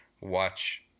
watch